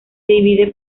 divide